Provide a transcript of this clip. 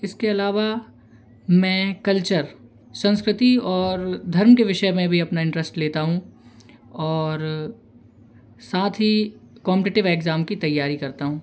इसके अलावा मैं कल्चर संस्कृति और धर्म के विषय में भी अपना इंटरेस्ट लेता हूँ और साथ ही कॉम्पिटेटिव एक्जाम की तैयारी करता हूँ